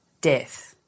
death